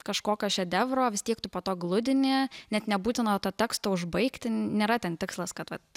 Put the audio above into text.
kažkokio šedevro vis tiek tu po to gludini net nebūtina to teksto užbaigti nėra ten tikslas kad vat